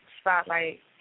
spotlight